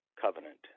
covenant